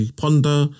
ponder